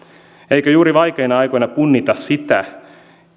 eikö juuri vaikeina aikoina punnita sitä